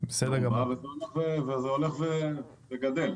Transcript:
וזה הולך וגדל.